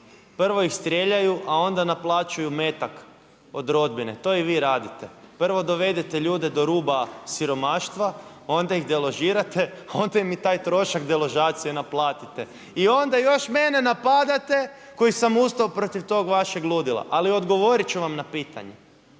Prvo ih strijeljaju a onda naplaćuju metak od rodbine. To i vi radite, prvo dovedete ljude do ruba siromaštva, onda ih deložirate, onda im i taj trošak deložacije naplatite. I onda još mene napadate, koji sam ustao protiv tog vašeg ludila. Ali odgovorit ću vam na pitanje.